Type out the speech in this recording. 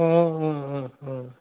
অঁ অঁ অঁ অঁ